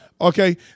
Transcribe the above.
okay